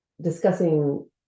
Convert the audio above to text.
discussing